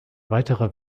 weiterer